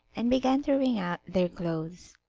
and began to wring out their clothes.